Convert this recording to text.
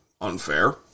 unfair